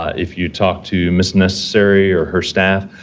if you talk to ms. necessary or her staff,